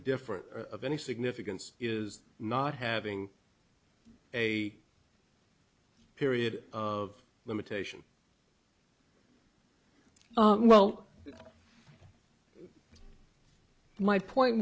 different of any significance is not having a period of limitation well my point